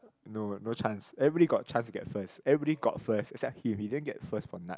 no no chance everybody got chance to get first everybody got first except him he didn't get first for nut